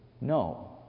No